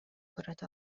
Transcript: كرة